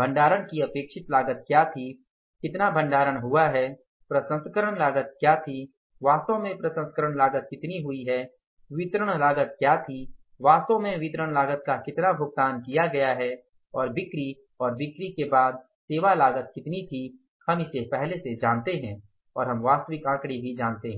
भंडारण की अपेक्षित लागत क्या थी कितना भंडारण हुआ है प्रसंस्करण लागत क्या थी वास्तव में प्रसंस्करण लागत कितनी हुई है वितरण लागत क्या थी वास्तव में वितरण लागत का कितना भुगतान किया गया है और बिक्री और बिक्री के बाद सेवा लागत कितनी थी हम इसे पहले से जानते हैं और हम वास्तविक आंकड़े भी जानते हैं